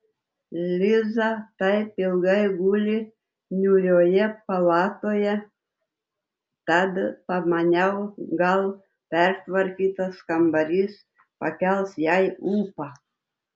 liza taip ilgai guli niūrioje palatoje tad pamaniau gal pertvarkytas kambarys pakels jai ūpą